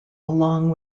along